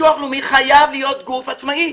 הביטוח הלאומי חייב להיות גוף עצמאי,